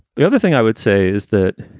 the other thing i would say is that,